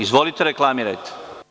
Izvolite, reklamirajte.